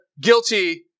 guilty